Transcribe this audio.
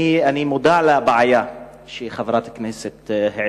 אני מודע לבעיה שהעלתה חברת הכנסת.